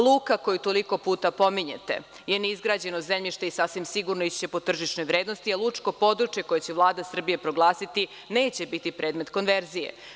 Luka koju toliko puta pominjete, je neizgrađeno zemljište i sasvim sigurno ići će po tržišnoj vrednosti, a lučko područje koje će Vlada Srbije proglasiti, neće biti predmet konverzije.